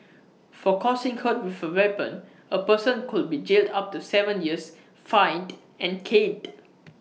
for causing hurt with A weapon A person could be jailed up to Seven years fined and caned